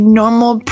normal